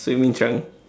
swimming trunk